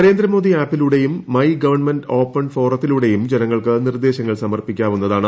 നരേന്ദ്രമോദി ആപ്പിലൂടെയും my government open ഫോറത്തിലൂടെയും ജനങ്ങൾക്ക് നിർദ്ദേശങ്ങൾ സമർപ്പിക്കാവുന്നതാണ്